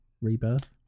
Rebirth